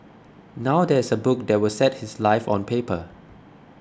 now there is a book that will set his life on paper